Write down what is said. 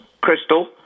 crystal